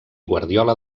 guardiola